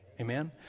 Amen